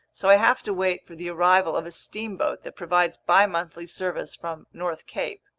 so i have to wait for the arrival of a steamboat that provides bimonthly service from north cape.